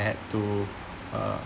had to uh